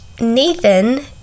Nathan